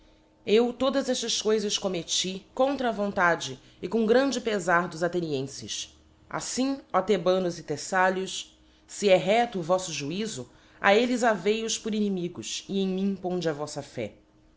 eu todas eílas coifas commetti contra a vontade e com grande pefar dos athenienfes aflim ó thebanos e theffalios le é redo o voíto juizo a elles havei os por inimigos e em mim ponde a volta fé